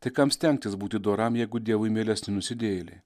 tai kam stengtis būti doram jeigu dievui mielesni nusidėjėliai